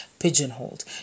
pigeonholed